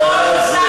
השר לוין,